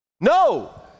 No